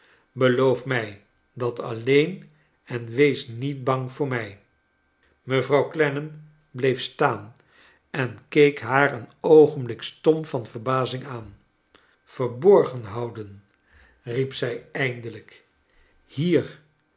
beloof mij dat alleen en wees niet bang voor mij mevrouw clennam bleef staan en keek haar een oogenblik stom van verbazing aan verborgen houden riep zij eindelijk hier